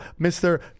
Mr